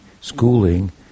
schooling